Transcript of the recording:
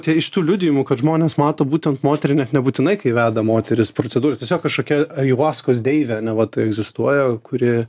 tai iš tų liudijimų kad žmonės mato būtent moterį net nebūtinai kai veda moteris procedūrą tiesiog kažkokia ajuvaskos deivė ane vat egzistuoja kuri